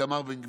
איתמר בן גביר,